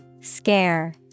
Scare